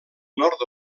nord